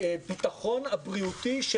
זה